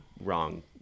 wrong